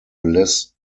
less